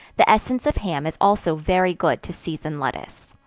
the essence of ham is also very good to season lettuce.